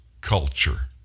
culture